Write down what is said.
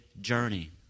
journey